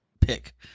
pick